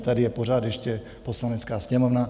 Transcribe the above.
Tady je pořád ještě Poslanecká sněmovna.